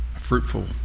fruitful